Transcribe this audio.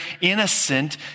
innocent